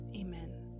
Amen